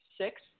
six